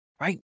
right